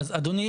אז אדוני,